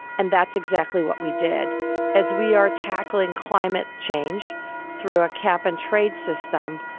and that's exactly what we did as we are tackling climate. change through a cap and trade system.